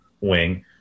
wing